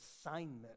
assignment